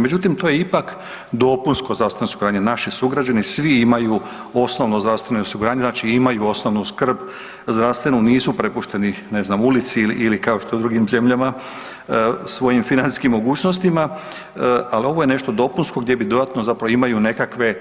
Međutim, to je ipak dopunsko zdravstveno osiguranje, naši sugrađani svi imaju osnovno zdravstveno osiguranje, znači imaju osnovnu skrb zdravstvenu, nisu prepušteni, ne znam, ulici ili kao što u drugim zemljama svojim financijskim mogućnostima, ali ovo je nešto dopunsko gdje bi dodatno zapravo, imaju nekakve